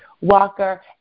Walker